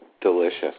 delicious